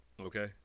Okay